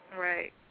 Right